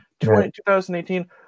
2018